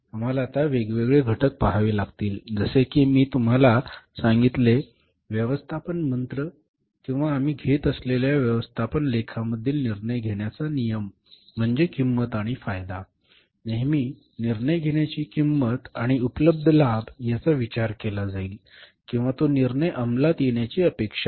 आम्हाला आता वेगवेगळे घटक पहावे लागतील जसे की मी तुम्हाला सांगितलेला व्यवस्थापन मंत्र किंवा आम्ही घेत असलेल्या व्यवस्थापन लेखामधील निर्णय घेण्याचा नियम म्हणजे किंमत आणि फायदा नेहमी निर्णय घेण्याची किंमत आणि उपलब्ध लाभ याचा विचार केला जाईल किंवा तो निर्णय अंमलात येण्याची अपेक्षा आहे